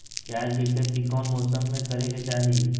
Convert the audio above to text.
प्याज के खेती कौन मौसम में करे के चाही?